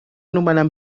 nomenar